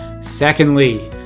Secondly